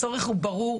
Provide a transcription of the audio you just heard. הצורך הוא ברור,